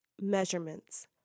Measurements